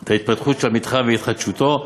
את התפתחות המתחם והתחדשותו,